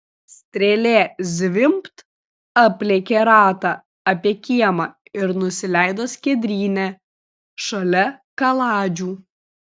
strėlė zvimbt aplėkė ratą apie kiemą ir nusileido skiedryne šalia kaladžių